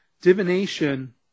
divination